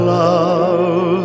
love